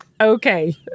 Okay